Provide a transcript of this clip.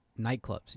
nightclubs